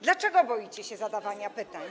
Dlaczego boicie się zadawania pytań?